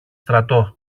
στρατό